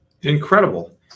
Incredible